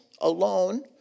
alone